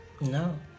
No